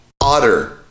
Otter